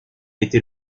était